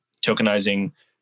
tokenizing